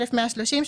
1,130,